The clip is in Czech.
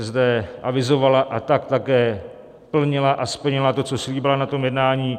ČSSD avizovala a tak také plnila a splnila to, co slíbila na tom jednání.